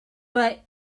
but